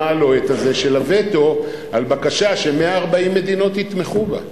הלוהט הזה של הווטו על בקשה ש-140 מדינות יתמכו בה.